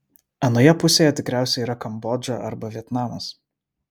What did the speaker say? anoje pusėje tikriausiai yra kambodža arba vietnamas